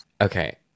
okay